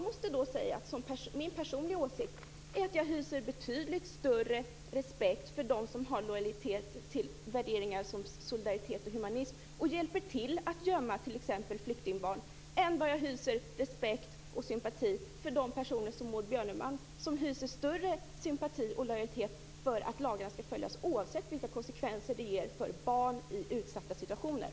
Min personliga åsikt är att jag hyser betydligt större respekt för dem som har värderingar som solidaritet och humanism och hjälper till att gömma t.ex. flyktingbarn än vad jag hyser respekt och sympati för personer som Maud Björnemalm som har större lojalitet med att lagarna skall följas oavsett vilka konsekvenser det får för barn i utsatta situationer.